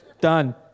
Done